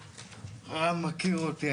רם מכיר אותי,